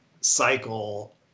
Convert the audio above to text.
cycle